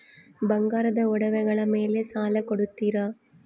ಬಂಗಾರದ ಒಡವೆಗಳ ಮೇಲೆ ಸಾಲ ಕೊಡುತ್ತೇರಾ?